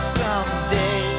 someday